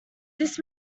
this